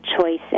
choices